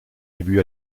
débuts